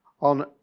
on